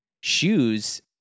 shoes